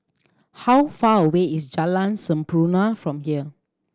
how far away is Jalan Sampurna from here